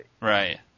Right